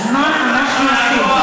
אז מה אנחנו עושים?